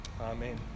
amen